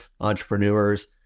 entrepreneurs